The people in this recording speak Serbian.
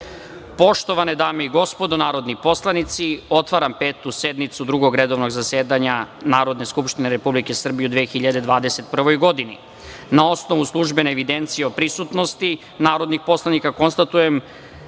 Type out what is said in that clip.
Poštovane dame i gospodo narodni poslanici, otvaram Petu sednicu Drugog redovnog zasedanja Narodne skupštine Republike Srbije u 2021. godini. Na osnovu službene evidencije o prisutnosti narodnih poslanika, konstatujem